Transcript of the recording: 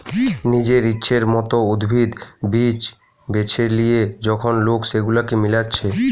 নিজের ইচ্ছের মত উদ্ভিদ, বীজ বেছে লিয়ে যখন লোক সেগুলাকে মিলাচ্ছে